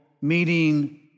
meeting